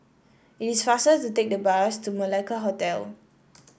it is faster to take the bus to Malacca Hotel